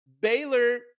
Baylor